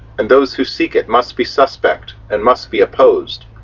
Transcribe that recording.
and those who seek it must be suspect and must be opposed.